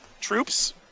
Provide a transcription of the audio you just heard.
troops